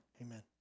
Amen